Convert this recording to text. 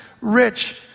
rich